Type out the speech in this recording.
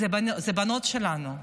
אלו בנות שלנו.